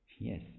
Yes